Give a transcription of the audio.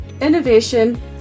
innovation